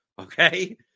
Okay